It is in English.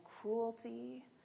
cruelty